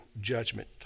judgment